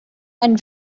and